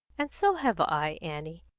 and so have i, annie.